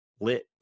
lit